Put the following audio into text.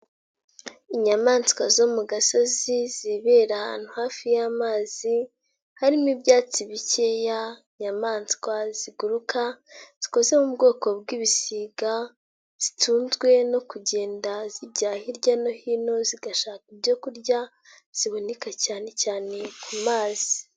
Inyamaswa zo mu gasozi zibera ahantu hafi y'amazi, harimo ibyatsi bikeya nyayamanswa ziguruka zikoze mu bwoko bw'ibisiga, zitunzwe no kugenda zijya hirya no hino zigashaka ibyo kurya ziboneka cyane cyane ku mazi.